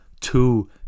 two